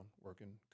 working